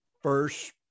first